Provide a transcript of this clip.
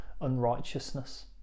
unrighteousness